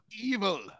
Evil